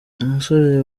umusore